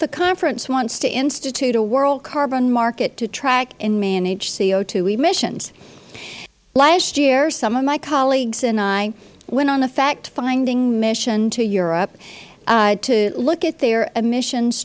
the conference wants to institute a world carbon market to track and manage co emissions last year some of my colleagues and i went on a fact finding mission to europe to look at their emissions